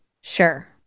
sure